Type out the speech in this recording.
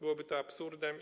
Byłoby to absurdem.